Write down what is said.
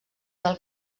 del